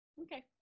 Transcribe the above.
Okay